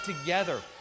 together